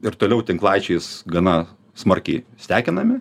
ir toliau tinklaičiais gana smarkiai stekinami